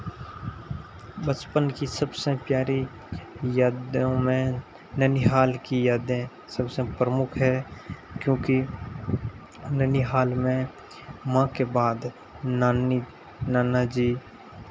बचपन की सबसे प्यारी यादों में ननिहाल की यादें सबसे प्रमुख है क्योंकि ननिहाल में माँ के बाद नानी नाना जी